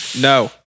No